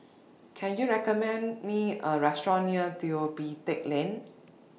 Can YOU recommend Me A Restaurant near Neo Pee Teck Lane